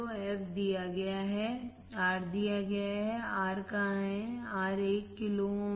तो fc दिया जाता है R दिया गया है सही R कहां है R है 1 किलो ओम